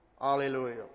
Hallelujah